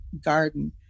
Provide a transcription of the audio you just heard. garden